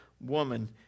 woman